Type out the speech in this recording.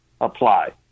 apply